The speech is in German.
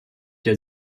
der